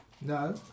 No